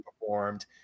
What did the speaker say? performed